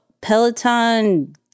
Peloton